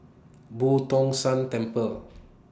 Boo Tong San Temple